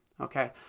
okay